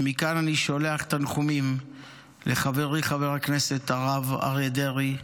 ומכאן אני שולח תנחומים לחברי חבר הכנסת הרב אריה דרעי.